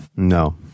No